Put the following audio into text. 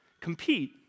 compete